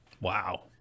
Wow